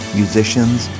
musicians